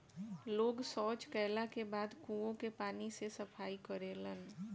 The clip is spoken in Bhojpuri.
लोग सॉच कैला के बाद कुओं के पानी से सफाई करेलन